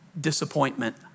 disappointment